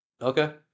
Okay